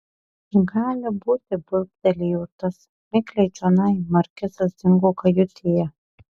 gali būti burbtelėjo tas mikliai čionai markizas dingo kajutėje